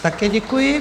Také děkuji.